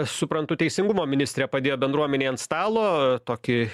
suprantu teisingumo ministrė padėjo bendruomenei ant stalo tokį